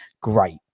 Great